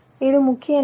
இது முக்கிய நன்மை